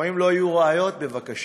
ואם לא יהיו ראיות, בבקשה.